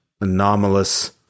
anomalous